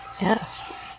yes